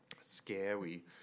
Scary